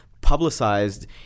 publicized